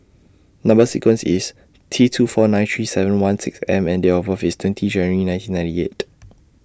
Number sequence IS T two four nine three seven one six M and Date of birth IS twenty January nineteen ninety eight